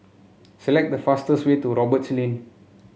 select the fastest way to Roberts Lane